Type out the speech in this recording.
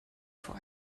vor